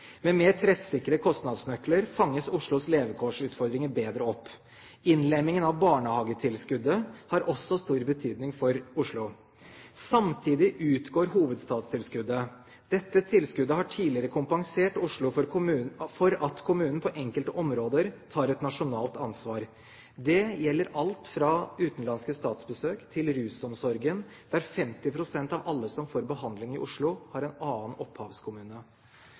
Med mer treffsikre kostnadsnøkler fanges Oslos levekårsutfordringer bedre opp. Innlemmingen av barnehagetilskuddet har også stor betydning for Oslo. Samtidig utgår hovedstadstilskuddet. Dette tilskuddet har tidligere kompensert Oslo for at kommunen på enkelte områder tar et nasjonalt ansvar. Det gjelder alt fra utenlandske statsbesøk til rusomsorgen, der 50 pst. av alle som får behandling i Oslo, har en annen opphavskommune.